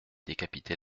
décapité